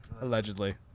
Allegedly